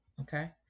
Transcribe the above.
okay